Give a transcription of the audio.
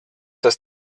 das